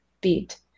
beat